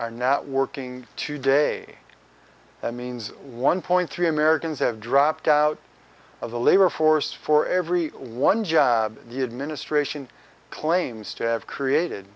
are not working today that means one point three americans have dropped out of the labor force for every one job the administration claims to have created